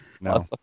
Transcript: no